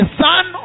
son